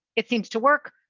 it seems to work.